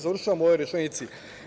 Završavam u ovoj rečenici.